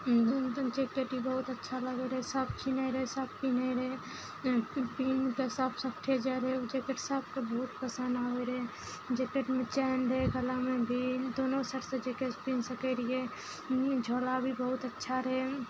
jacket ई बहुत अच्छा लगै रहै सब छिनै रहै सब पहिरै रहै पहिरके सब सब ठाम जाइ रहै ओ जेकेट सभके बहुत पसन्द आबै रहै जेकेटमे चैन रहै गलामे भी दुनू साइड से जेकेट पहिर सकैत रहियै झोला भी बहुत अच्छा रहै